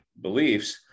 beliefs